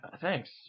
Thanks